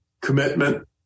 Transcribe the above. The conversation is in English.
commitment